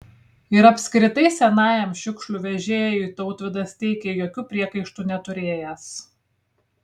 ir apskritai senajam šiukšlių vežėjui tautvydas teigė jokių priekaištų neturėjęs